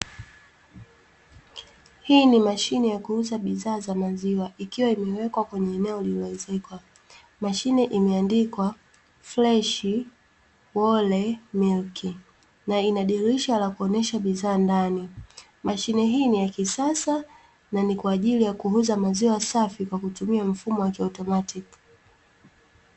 Hii ni mashine ya kuuza bidhaa za maziwa ikiwa imewekwa kwenye eneo lililo ezekwa, mashine imeandikwa ”Freshi wole milki” ,na ina dirisha la kuonesha bidhaa ndani mashine hii ni ya kisasa, na ni kwa ajili ya kuuza maziwa safi kwa kutumia mfumo wa kiotomatiki.